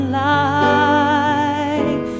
life